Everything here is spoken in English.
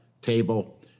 table